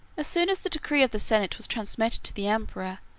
soon as the decree of the senate was transmitted to the emperor,